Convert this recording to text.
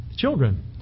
children